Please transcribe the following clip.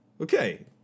okay